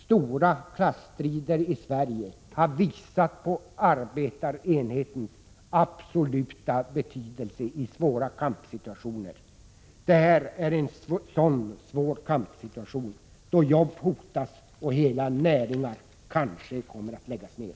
Stora klasstrider i Sverige har visat på arbetarenighetens absoluta betydelse i svåra kampsituationer. Detta är en sådan svår kampsituation, då jobb hotas och hela näringar kanske kommer att läggas ner.